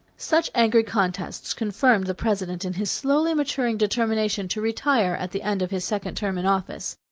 such angry contests confirmed the president in his slowly maturing determination to retire at the end of his second term in office.